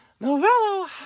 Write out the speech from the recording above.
Novello